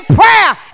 prayer